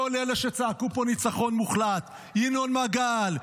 כל אלה שצעקו פה "ניצחון מוחלט" ינון מגל,